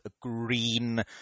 green